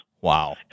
Wow